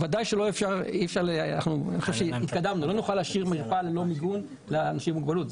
ודאי שלא נוכל להשאיר מרפאה ללא מיגון לאנשים עם מוגבלות.